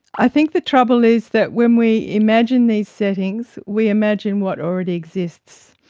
i think the trouble is that when we imagine these settings, we imagine what already exists,